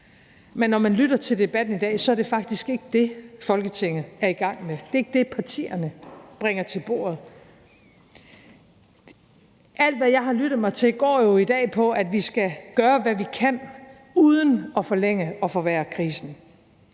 Men når man lytter til debatten i dag, er det faktisk ikke det, Folketinget er i gang med. Det er ikke det, partierne bringer til bordet. Alt, hvad jeg har lyttet mig til i dag, går jo på, at vi skal gøre, hvad vi kan, uden at forlænge og forværre krisen.